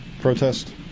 protest